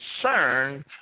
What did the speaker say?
concerned